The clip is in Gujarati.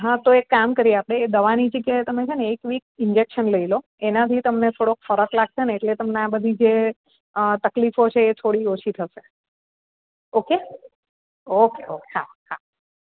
હ તો એક કામ કરી આપણે એ દવાની જગ્યાએ તમે છે ને એક વીક ઈન્જેકશન લઈ લો એનાથી તમને થોડોક ફરક લાગશે ને એટલે તમને આ બધી જે તકલીફો છે એ થોડી ઓછી થશે ઓકે ઓકે ઓકે હા હા